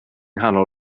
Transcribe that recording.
nghanol